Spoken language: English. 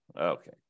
Okay